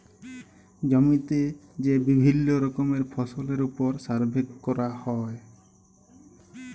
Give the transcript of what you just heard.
জমিতে যে বিভিল্য রকমের ফসলের ওপর সার্ভে ক্যরা হ্যয়